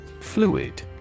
Fluid